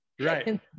Right